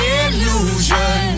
illusion